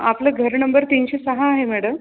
आपलं घर नंबर तीनशे सहा आहे मॅडम